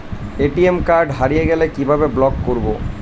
ATM card হারিয়ে গেলে কিভাবে ব্লক করবো?